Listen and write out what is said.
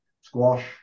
squash